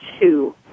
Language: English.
two